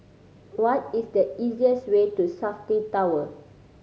what is the easiest way to Safti Tower